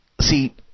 See